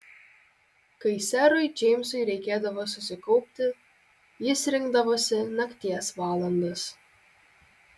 kai serui džeimsui reikėdavo susikaupti jis rinkdavosi nakties valandas